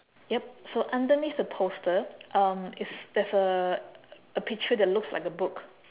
yup so underneath the poster um it's there's a a picture that looks like a book